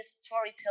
storytelling